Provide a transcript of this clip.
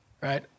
right